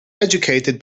educated